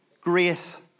grace